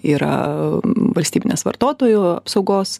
yra valstybinės vartotojų apsaugos